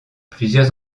plusieurs